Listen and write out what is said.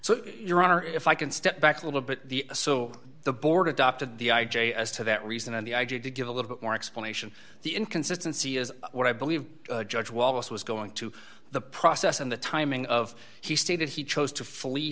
so your honor if i can step back a little bit the so the board adopted the i j a as to that reason and the idea to give a little more explanation the inconsistency is what i believe judge wallace was going to the process and the timing of he stated he chose to fully